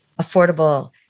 affordable